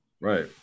right